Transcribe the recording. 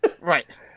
Right